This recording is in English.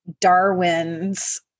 Darwin's